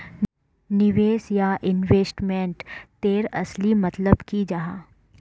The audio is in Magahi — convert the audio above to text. निवेश या इन्वेस्टमेंट तेर असली मतलब की जाहा?